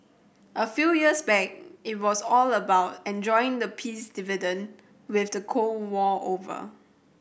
a few years back it was all about enjoying the peace dividend with the Cold War over